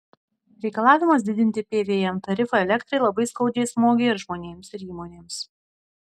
reikalavimas didinti pvm tarifą elektrai labai skaudžiai smogė ir žmonėms ir įmonėms